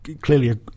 clearly